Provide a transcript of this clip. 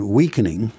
weakening